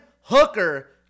Hooker